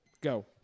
go